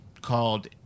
called